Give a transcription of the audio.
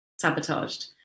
sabotaged